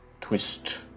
twist